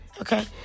okay